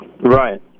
Right